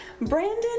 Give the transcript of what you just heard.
Brandon